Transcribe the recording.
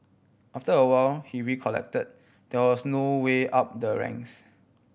after a while he recollect there was no way up the ranks